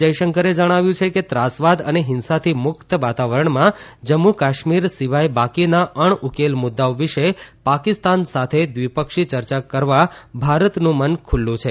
જયશંકરે જણાવ્યું છે કે ત્રાસવાદ અને હિંસાથી મુક્ત વાતાવરણમાં જમ્મુ કાશ્મીર સિવાય બાકીના અણઉકેલ મુદ્દાઓ વિષે પાકિસ્તાન સાથે દ્વિપક્ષી ચર્ચા કરવા ભારતનું મન ખુલ્લુ છે